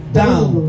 down